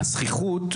הזחיחות,